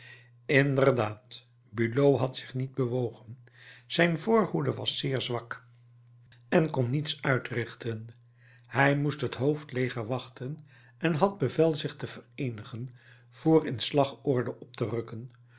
inderdaad bulow had zich niet bewogen zijn voorhoede was zeer zwak en kon niets uitrichten hij moest het hoofdleger wachten en had bevel zich te vereenigen vr in slagorde op te rukken